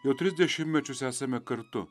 jau tris dešimtmečius esame kartu